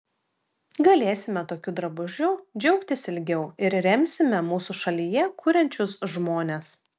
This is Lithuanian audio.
galėsime tokiu drabužiu džiaugtis ilgiau ir remsime mūsų šalyje kuriančius žmones